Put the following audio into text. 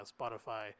Spotify